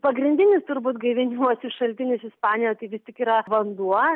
pagrindinis turbūt gaivinimosi šaltinis ispanijoje tai vis tik yra vanduo